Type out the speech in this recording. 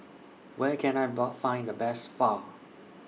Where Can I Bar Find The Best Pho